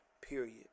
Period